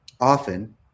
often